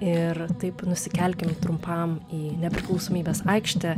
ir taip nusikelkim trumpam į nepriklausomybės aikštę